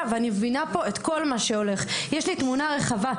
יש לי תמונה רחבה.